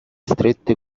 strette